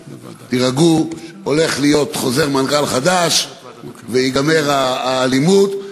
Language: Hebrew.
תירגעו: הולך להיות חוזר מנכ"ל חדש ותיגמר האלימות.